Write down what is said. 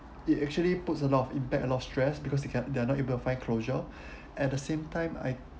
it actually puts a lot of impact a lot of stress because they can't they're not able find closure at the same time I